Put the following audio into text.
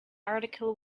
article